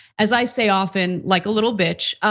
as i say often, like a little bitch.